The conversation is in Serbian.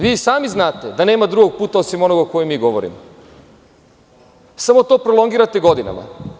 Vi sami znate da nema drugog puta osim onog o kome mi govorimo, samo to prolongirate godinama.